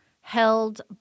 held